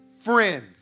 friend